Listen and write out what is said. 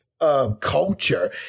Culture